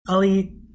Ali